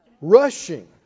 Rushing